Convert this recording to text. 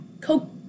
coke